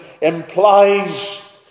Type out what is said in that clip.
implies